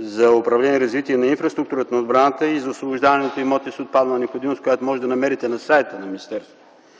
за управление и развитие на инфраструктурата на отбраната и за освобождаване от имоти с отпаднала необходимост, която може да намерите на сайта на министерството.